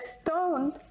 stone